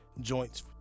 joints